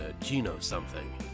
Geno-something